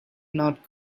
not